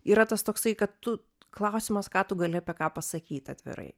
yra tas toksai kad tu klausimas ką tu gali apie ką pasakyt atvirai